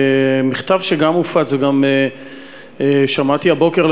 מכתב שגם הופץ וגם שמעתי עליו הבוקר,